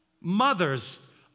Mothers